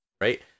Right